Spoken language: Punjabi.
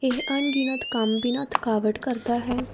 ਇਹ ਅਣਗਿਣਤ ਕੰਮ ਬਿਨਾਂ ਥਕਾਵਟ ਕਰਦਾ ਹੈ